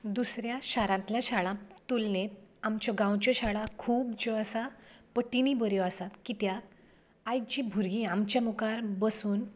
दुसऱ्यां शारांतल्या शाळांक तुलनेंत आमच्यो गांवच्यो शाळा खूब ज्यो आसा पटिनी बऱ्यो आसात कित्याक आयज जीं भुरगीं आमच्या मुखार बसून